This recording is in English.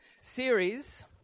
series